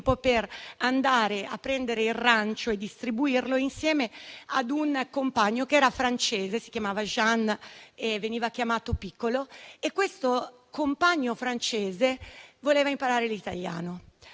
per andare a prendere il rancio e distribuirlo, insieme a un compagno, che era francese - si chiamava Jean e veniva chiamato "Pikolo" - e che voleva imparare l'italiano.